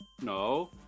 No